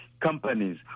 companies